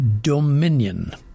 dominion